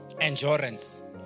endurance